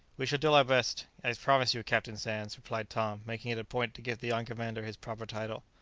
we shall do our best, i promise you, captain sands, replied tom, making it a point to give the young commander his proper title.